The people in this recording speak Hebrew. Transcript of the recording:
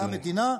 אדוני.